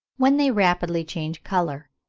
when they rapidly change colour.